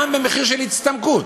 גם במחיר של הצטמקות.